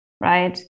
right